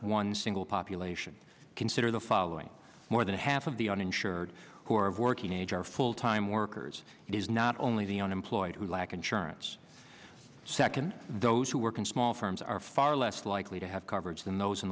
one single population consider the following more than half of the uninsured who are of working age are full time workers it is not only the unemployed who lack insurance second those who work in small firms are far less likely to have coverage than those in